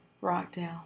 Rockdale